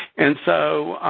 and so,